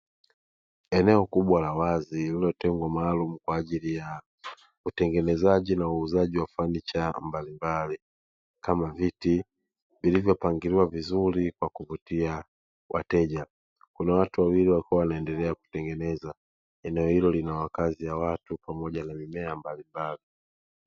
Eneo kubwa la wazi lililotengwa maalumu kwa ajili ya utengenezaji na uuzaji wa fanicha mbalimbali kama viti vilivyopangiliwa vizuri kwa kuvutia wateja, kuna watu wawili wanaendelea kutengeneza. Eneo hilo lina makazi ya watu pamoja na mimea mbalimbali.